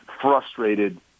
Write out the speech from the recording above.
frustrated